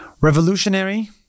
Revolutionary